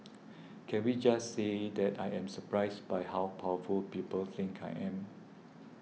can we just say that I am surprised by how powerful people think I am